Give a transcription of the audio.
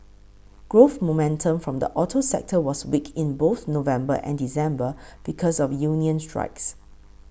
growth momentum from the auto sector was weak in both November and December because of union strikes